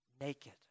naked